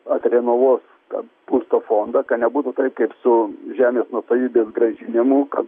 atrenovuot tą būsto fondą ką nebūtų taip kaip su žemės nuosavybės grąžinimu kad